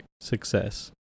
success